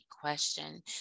question